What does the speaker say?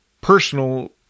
personal